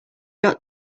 got